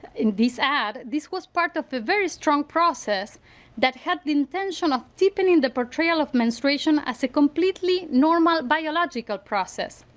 this ad, this was part of the very strong process that had the intention of deepening the portrayal of menstruation as a completely normal biological process.